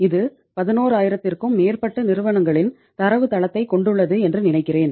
இது 11000க்கு மேற்பட்ட நிறுவனங்கலின் தரவுத்தளத்தைக் கொண்டுள்ளது என்று நினைக்கிறன்